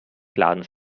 ladens